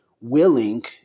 willing